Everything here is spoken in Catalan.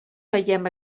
veiem